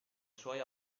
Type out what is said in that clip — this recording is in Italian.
suoi